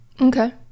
okay